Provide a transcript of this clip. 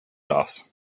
glass